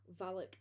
Valak